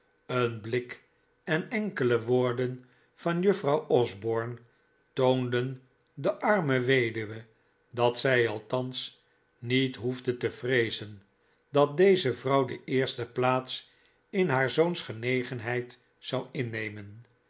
een blik en enkele woorden van juffrouw osborne toonden de arme weduwe dat zij althans niet hoefde te vreezen dat deze vrouw de eerste plaats in haar zoons genegenheid zou innemen